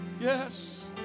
yes